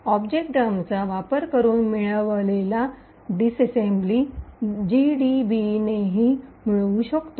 object डम्पचा वापर करून मिळवलेला डिस्सेम्बली जीडीबीनेही मिळू शकतो